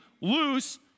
lose